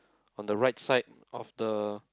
on the right side of the